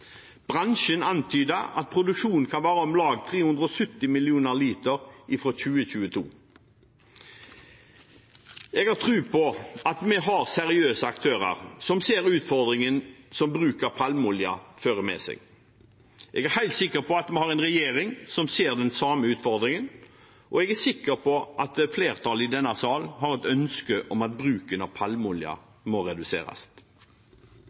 Bransjen antyder at produksjonen kan være om lag 370 mill. liter fra 2022. Jeg har tro på at vi har seriøse aktører som ser utfordringen som bruk av palmeolje fører med seg. Jeg er helt sikker på at vi har en regjering som ser den samme utfordringen, og jeg er sikker på at flertallet i denne sal har et ønske om at bruken av palmeolje må reduseres.